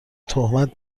تهمت